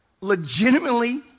legitimately